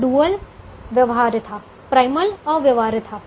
तो डुअल व्यवहार्य था प्राइमल अव्यवहार्य था